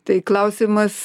tai klausimas